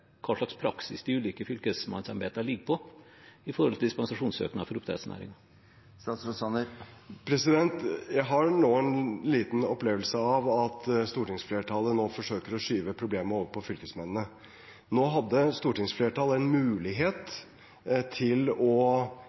hva slags praksis de ulike fylkesmannsembetene legger seg på ved dispensasjonssøknader fra oppdrettsnæringen? Jeg har nå en liten opplevelse av at stortingsflertallet forsøker å skyve problemet over på fylkesmennene. Nå hadde stortingsflertallet en mulighet til å